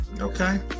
Okay